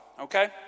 okay